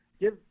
Give